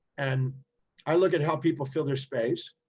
and i look at how people fill their space.